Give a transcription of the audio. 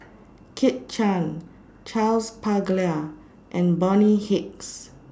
Kit Chan Charles Paglar and Bonny Hicks